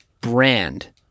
brand